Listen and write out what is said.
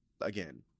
Again